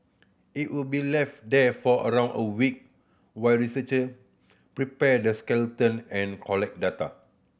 it would be left there for around a week while researcher prepare the skeleton and collect data